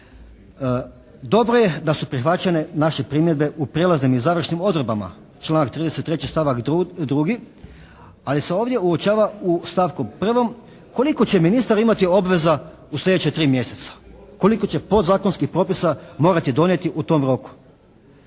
Dobro je da su prihvaćene naše primjedbe u prijelaznim i završnim odredbama. Članak 33., stavak 2. ali se ovdje uočava u stavku 1. koliko će ministar imati obveza u sljedeća tri mjeseca. Koliko će podzakonskih propisa morati donijeti u tom roku.